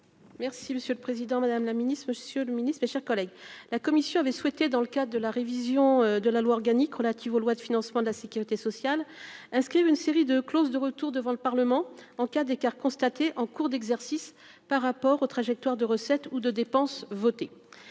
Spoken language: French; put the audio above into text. Merci monsieur le Président, Madame la Ministre, Monsieur le Ministre, mes chers collègues, la Commission avait souhaité dans le cadre de la révision de la loi organique relative aux lois de financement de la Sécurité sociale inscrivent une série de clauses de retour devant le Parlement en cas d'écarts constatés en cours d'exercice par rapport aux trajectoires de recettes ou de dépenses voté